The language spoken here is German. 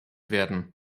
werden